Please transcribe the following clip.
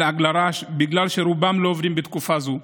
בגלל שרובם לא עובדים בתקופה זו.